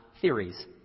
theories